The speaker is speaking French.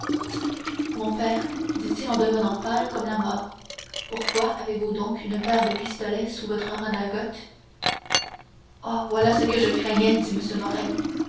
mon père dit-il en devenant pâle comme la mort pourquoi avez-vous donc une paire de pistolets sous votre redingote oh voilà ce que je craignais dit morrel